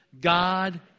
God